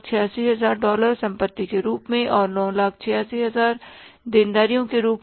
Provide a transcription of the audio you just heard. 986000 dollar संपत्ति के रूप में और 986000 देनदारियों के रूप में